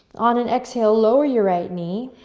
on an exhale lower your right knee.